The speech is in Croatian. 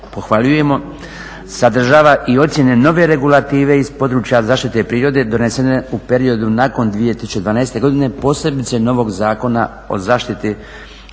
pohvaljujemo, sadržava i ocijene nove regulative iz područja zaštite prirode donesene u periodu nakon 2012. godine, posebice novog Zakona o zaštiti